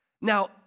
Now